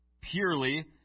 purely